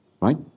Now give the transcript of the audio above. Right